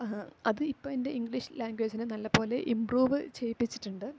അത് ഇപ്പം എൻ്റെ ഇങ്ക്ളീഷ് ലാങ്വേജിനെ നല്ലപോലെ ഇമ്പ്രൂവ് ചെയ്യിപ്പിച്ചിട്ടുണ്ട്